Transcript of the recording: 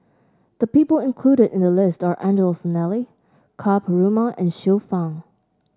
the people included in the list are Angelo Sanelli Ka Perumal and Xiu Fang